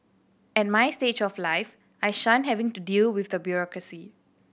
at my stage of life I shun having to deal with the bureaucracy